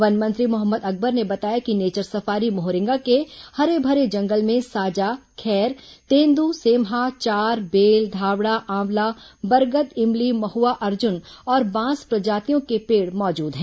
one मंत्री मोहम्मद अकबर ने बताया कि नेचर सफारी मोहरेंगा के हरे भरे जंगल में साजा खैर तेंदू सेमहा चार बेल धावड़ा आंवला बरगद इमली महुआ अर्जुन और बांस प्रजातियों के पेड़ मौजूद हैं